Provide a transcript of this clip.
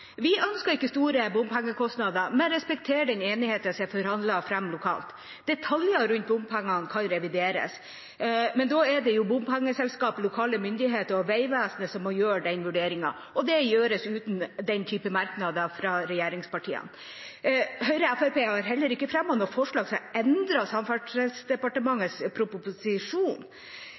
Vi ønsker ikke store bompengekostnader, men respekterer den enigheten som er forhandlet fram lokalt. Detaljer rundt bompengene kan revideres, men da er det bompengeselskapet, lokale myndigheter og Vegvesenet som må gjøre den vurderingen, og det gjøres uten den typen merknader fra regjeringspartiene. Høyre og Fremskrittspartiet har heller ikke fremmet noe forslag som endrer Samferdselsdepartementets proposisjon,